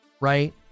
Right